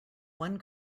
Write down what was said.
one